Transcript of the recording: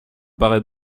paraît